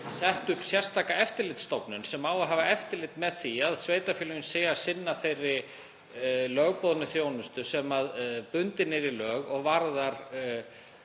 sett upp sérstaka eftirlitsstofnun sem á að hafa eftirlit með því að sveitarfélögin séu að sinna þeirri lögboðnu þjónustu sem bundin er í lög og varðar